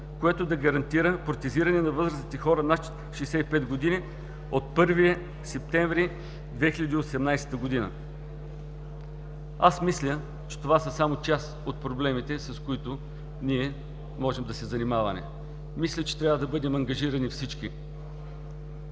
което да гарантира протезиране на възрастните хора над 65 г. от 1 септември 2018 г. Мисля, че това са само част от проблемите, с които можем да се занимаваме. Мисля, че трябва да бъдем ангажирани всички.